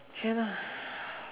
can ah